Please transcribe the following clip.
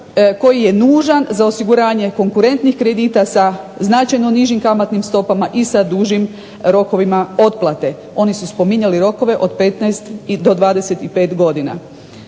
koji je nužan za osiguranje konkurentnih kredita sa značajno nižim kamatnim stopama i sa dužim rokovima otplate. Oni su spominjali rokove od 15 i do 25 godina.